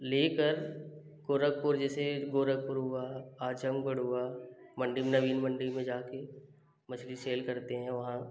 लेकर गोरखपुर जैसे गोरखपुर हुआ आजमगढ़ हुआ मंडी नवीन मंडी में जा कर मछली सेल करते हैं वहाँ